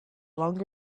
longer